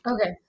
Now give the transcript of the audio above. okay